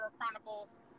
Chronicles